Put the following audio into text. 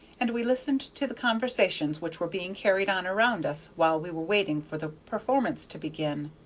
and we listened to the conversations which were being carried on around us while we were waiting for the performance to begin.